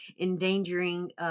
endangering